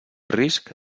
risc